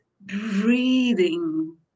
breathing